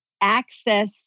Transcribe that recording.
Access